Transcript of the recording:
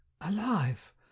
Alive